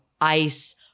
ice